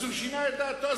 אז הוא שינה את דעתו,